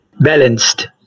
Balanced